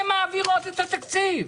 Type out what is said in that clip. הן מעבירות את התקציב.